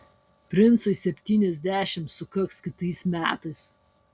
princui septyniasdešimt sukaks kitais metais